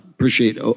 appreciate